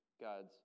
God's